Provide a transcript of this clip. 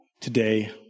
today